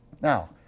Now